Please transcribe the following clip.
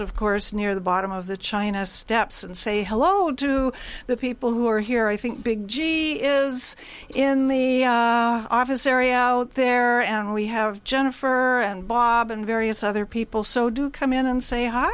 of course near the bottom of the china steps and say hello to the people who are here i think big g is in the office area out there and we have jennifer on bob and various other people so do come in and say hi